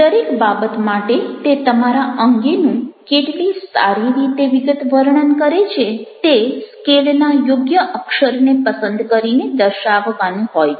દરેક બાબત માટે તે તમારા અંગેનું કેટલી સારી રીતે વિગતવર્ણન કરે છે તે સ્કેલના યોગ્ય અક્ષરને પસંદ કરીને દર્શાવવાનું હોય છે